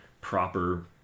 proper